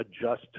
adjust